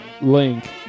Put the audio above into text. link